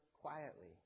quietly